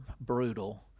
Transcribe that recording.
brutal